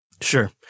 Sure